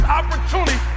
opportunity